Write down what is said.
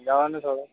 સમજાવો ને થોડું